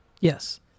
Yes